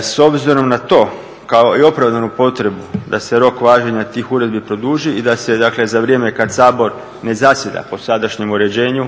S obzirom na to kao i opravdanu potrebu da se rok važenja tih uredbi produži i da se za vrijeme kad Sabor ne zasjeda po sadašnjem uređenju,